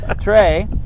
Trey